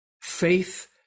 Faith